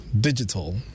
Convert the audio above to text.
Digital